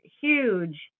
huge